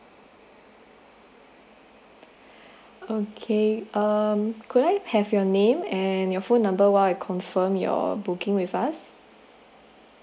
okay um could I have your name and your phone number while I confirm your booking with us